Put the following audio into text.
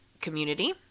community